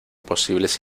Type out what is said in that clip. posibles